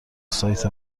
سایت